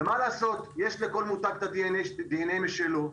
ומה לעשות יש לכל מותג דנ"א משלו.